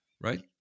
right